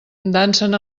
dansen